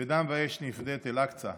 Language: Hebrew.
"בדם ואש נפדה את אל-אקצא".